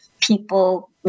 people